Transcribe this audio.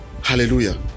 Hallelujah